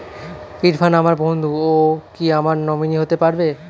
ইরফান আমার বন্ধু ও কি আমার নমিনি হতে পারবে?